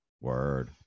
word